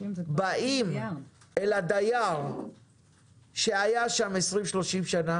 באים אל הדייר שהיה שם 20 30 שנים